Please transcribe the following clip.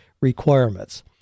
requirements